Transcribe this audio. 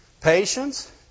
patience